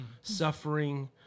suffering